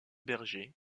berger